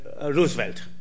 Roosevelt